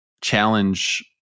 Challenge